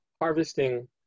harvesting